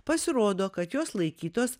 pasirodo kad jos laikytos